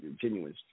genuine